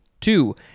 Two